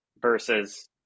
versus